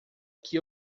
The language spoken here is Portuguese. que